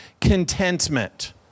contentment